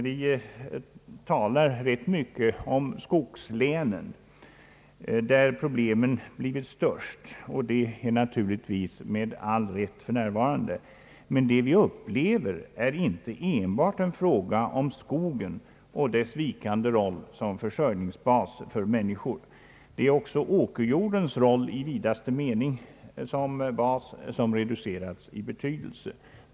Vi talar rätt mycket om skogslänen, där problemen blivit störst, och det gör vi naturligtvis med all rätt för närvarande. Men det vi upplever är inte enbart en fråga om skogen och dess vikande roll som försörjningsbas för människor. Det gäller också åkerjordens roll som bas — i vidaste mening — vilken reducerats i betydelse för sysselsättningen.